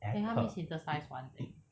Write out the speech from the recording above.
can help me synthesise one thing